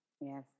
Yes